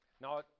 Now